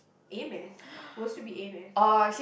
A-math worst would be A-math